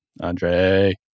Andre